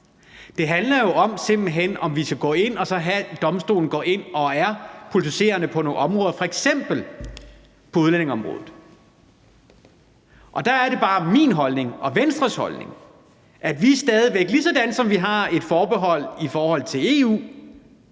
Det handler simpelt hen om, om vi skal have, at domstolen går ind og er politiserende på nogle områder, f.eks. på udlændingeområdet. Der er det bare min holdning og Venstres holdning, at vi stadig væk, ligesådan som vi har et forbehold i forhold til EU,